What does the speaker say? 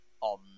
on